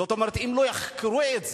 זאת אומרת, אם לא יחקרו את זה,